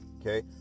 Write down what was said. okay